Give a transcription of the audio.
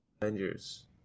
Avengers